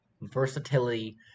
versatility